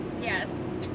Yes